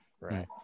Right